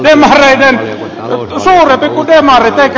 eikä se meidän keksintöämme ole